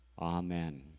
Amen